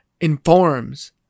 informs